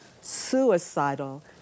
suicidal